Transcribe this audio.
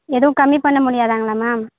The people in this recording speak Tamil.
எதுவும் கம்மி பண்ண முடியாதாங்களா மேம்